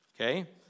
Okay